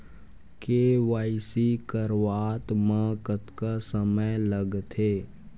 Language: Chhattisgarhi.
के.वाई.सी करवात म कतका समय लगथे?